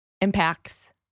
impacts